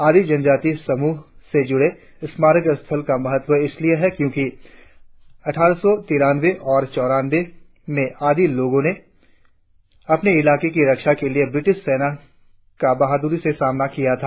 आदि जनजाति समूह से जूड़े स्मारक स्थल का महत्व इसलिए है क्योंकि अटठारह सौ तिरानंबे चौरानंबे में आदि लोगो ने अपने इलाके की रक्षा के लिए ब्रिटिस सेना का बाहादूरी से सामना किया था